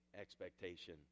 expectation